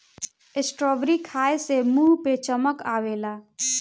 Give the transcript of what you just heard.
strawberry खाए से मुंह पे चमक आवेला